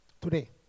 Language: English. Today